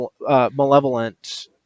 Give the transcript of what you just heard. malevolent